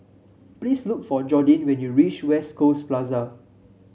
please look for Jordin when you reach West Coast Plaza